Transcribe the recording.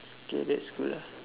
okay that's cool lah